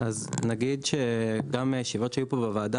אז נגיד שגם ישיבות שהיו פה בוועדה,